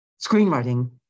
screenwriting